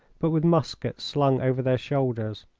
but with muskets slung over their shoulders.